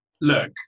look